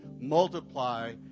multiply